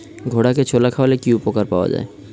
ঘোড়াকে ছোলা খাওয়ালে কি উপকার পাওয়া যায়?